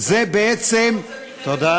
זה בעצם אתה רוצה מלחמת אחים פה?